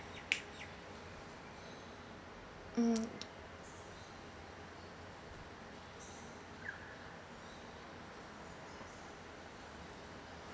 mm